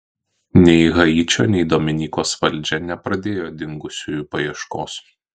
nei haičio nei dominikos valdžia nepradėjo dingusiųjų paieškos